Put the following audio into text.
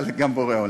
אבל גם בורא עולם.